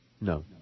No